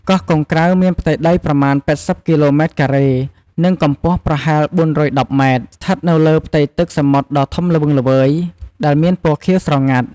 កោះកុងក្រៅមានផ្ទៃដីប្រមាណ៨០គីឡូម៉ែត្រការ៉េ និងកម្ពស់ប្រហែល៤១០ម៉ែត្រ ស្ថិតនៅលើផ្ទៃទឹកសមុទ្រដ៏ធំល្វឹងល្វើយ ដែលមានព៌ណខៀវស្រងាត់។